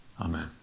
Amen